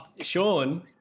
sean